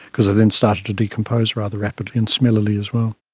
because they then started to decompose rather rapidly and smellily as well.